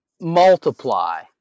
multiply